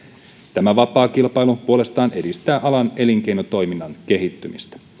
tämä vapaa kilpailu puolestaan edistää alan elinkeinotoiminnan kehittymistä